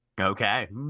Okay